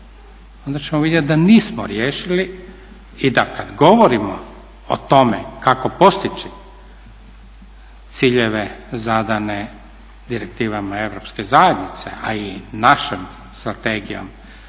onda ćemo vidjeti da nismo riješili i da kada govorimo o tome kako postići ciljeve zadane direktivama Europske zajednice a i našom Strategijom